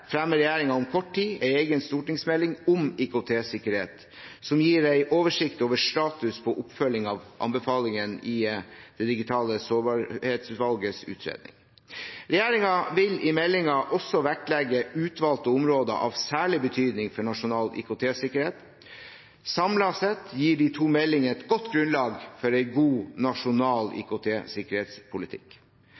fremmer regjeringen om kort tid en egen stortingsmelding om IKT-sikkerhet, som gir en oversikt over status på oppfølging av anbefalingen i det digitale sårbarhetsutvalgets utredning. Regjeringen vil i meldingen også vektlegge utvalgte områder av særlig betydning for nasjonal IKT-sikkerhet. Samlet sett gir de to meldingene et godt grunnlag for en god nasjonal IKT-sikkerhetspolitikk. Den sikkerhetspolitiske situasjonen har endret seg i